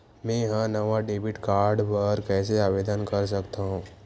मेंहा नवा debit card बर कैसे आवेदन कर सकथव?